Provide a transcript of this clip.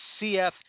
CF